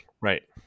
Right